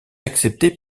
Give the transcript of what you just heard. accepté